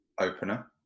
opener